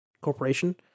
corporation